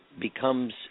becomes